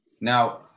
Now